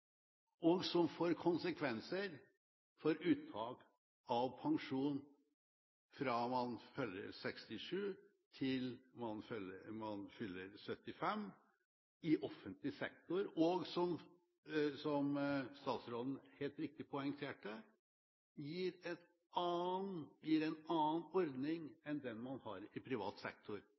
og som får konsekvenser for uttak av pensjon fra man fyller 67 til man fyller 75, i offentlig sektor, og som – slik statsråden helt riktig poengterte – gir en annen ordning enn den man har i privat sektor.